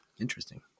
interesting